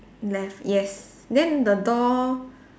left yes then the door